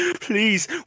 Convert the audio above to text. please